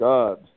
God